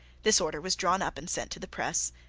this order was drawn up and sent to the press,